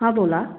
हां बोला